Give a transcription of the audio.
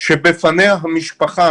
שבפניה המשפחה